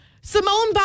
Simone